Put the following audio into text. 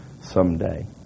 someday